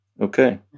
okay